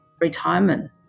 retirement